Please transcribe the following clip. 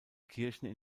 kirchen